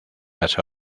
las